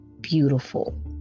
beautiful